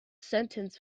sentence